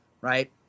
right